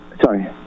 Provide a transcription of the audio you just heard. sorry